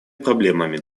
проблемами